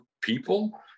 people